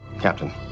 Captain